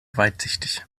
weitsichtig